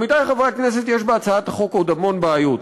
עמיתי חברי הכנסת, יש בהצעת החוק עוד המון בעיות.